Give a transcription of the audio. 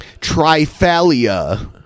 Trifalia